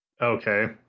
okay